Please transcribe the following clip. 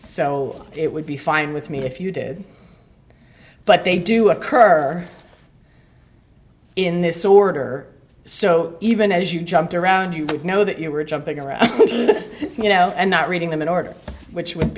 so it would be fine with me if you did but they do occur in this order so even as you jumped around you would know that you were jumping around you know and not reading them in order which would